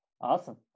Awesome